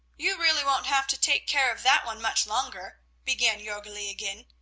you really won't have to take care of that one much longer, began jorgli again.